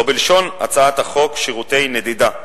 או בלשון הצעת החוק, שירותי נדידה.